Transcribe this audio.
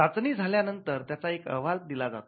चाचणी झाल्यानंतर त्याचा एक अहवाल दिला जातो